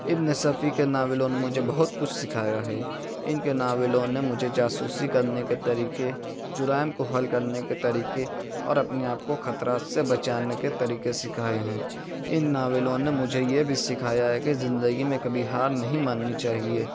ابن صفی کے ناولوں نے مجھے بہت کچھا سکھایا ہے ان کے ناولوں نے مجھے جاسوسی کرنے کے طریقے جرائم کو حل کرنے کے طریقے اور اپنے آپ کو خطرات کو بچانے کے طریقے سکھائے ہیں ان ناولوں نے مجھے یہ بھی سکھایا ہے کہ زندگی میں کبھی ہار نہیں ماننی چاہیے